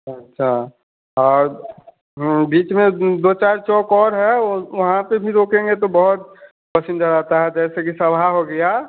अच्छा और बीच में दो चार चौक और है वह वहाँ पर भी रोकेंगे तो बहुत पैसेन्जर आते हैं जैसे कि सभा हो गया